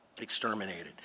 exterminated